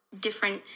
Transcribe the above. different